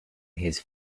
his